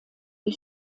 die